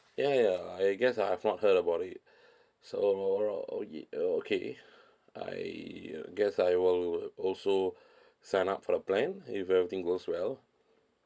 ya ya I guess I've not heard about it so overall uh okay I uh guess I will also sign up for the plan if everything goes well